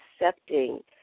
accepting